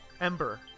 Ember